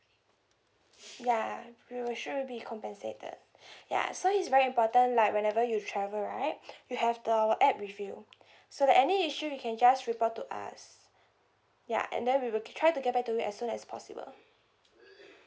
ya you will sure be compensated ya so is very important like whenever you travel right you have to have our app with you so that any issue you can just refer to us ya and then we will try to get back to you as soon as possible